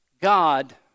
God